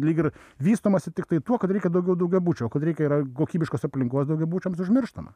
lyg ir vystomąsi tiktai tuo kad reikia daugiau daugiabučio o kad reikia ir kokybiškos aplinkos daugiabučiams užmirštama